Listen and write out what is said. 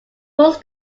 rules